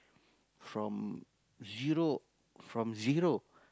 from zero from zero